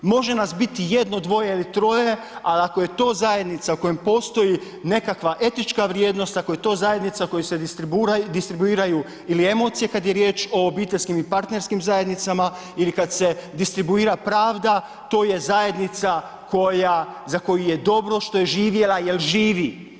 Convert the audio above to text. Može nas biti jedno, dvoje ili troje, ali ako je to zajednica u kojem postoji nekakva etička vrijednost, ako je to zajednica u kojoj se distribuiraju ili emocije, kad je riječ o obiteljskim i partnerskim zajednicama ili kad se distribuira pravda, to je zajednica koja, za koju je dobro što je živjela jer živi.